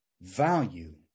value